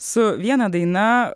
su viena daina